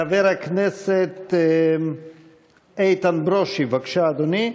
חבר הכנסת איתן ברושי, בבקשה, אדוני.